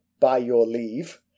by-your-leave